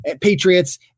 Patriots